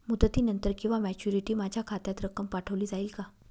मुदतीनंतर किंवा मॅच्युरिटी माझ्या खात्यात रक्कम पाठवली जाईल का?